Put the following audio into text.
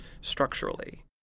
structurally